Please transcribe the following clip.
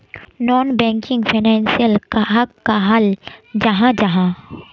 Non banking financial कहाक कहाल जाहा जाहा?